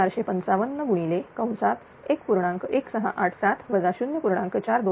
1687 0